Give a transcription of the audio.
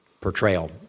portrayal